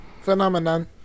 Phenomenon